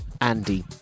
Andy